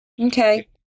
Okay